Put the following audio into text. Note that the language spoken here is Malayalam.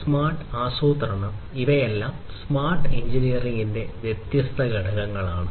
സ്മാർട്ട് ആസൂത്രണം ഇവയെല്ലാം സ്മാർട്ട് എഞ്ചിനീയറിംഗിന്റെ വ്യത്യസ്ത ഘടകങ്ങളാണ്